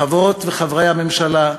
חברות וחברי הממשלה,